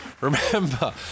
Remember